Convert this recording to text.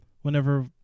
whenever